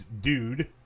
dude